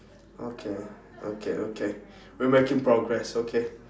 okay okay okay we're making progress okay